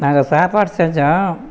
நாங்கள் சாப்பாடு செஞ்சோம்